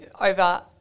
over